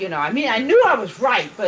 you know i mean, i knew i was right, but,